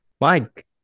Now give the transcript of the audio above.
Mike